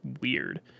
weird